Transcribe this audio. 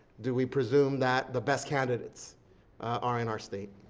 do we presume that the best candidates are in our state.